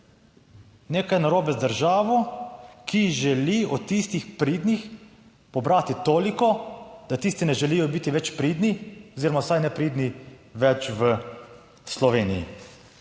Nekaj narobe z državo, ki želi od tistih pridnih pobrati toliko, da tisti ne želijo biti več pridni oziroma vsaj nepridni več v Sloveniji.